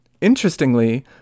Interestingly